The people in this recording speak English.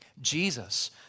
Jesus